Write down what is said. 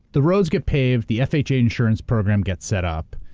the roads get paved, the fha insurance program gets set up,